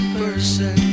person